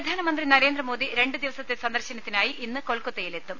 പ്രധാനമന്ത്രി നരേന്ദ്രമോദി രണ്ടുദിവസത്തെ സന്ദർശനത്തിനായി ഇന്ന് കൊൽക്കത്തയിൽ എത്തും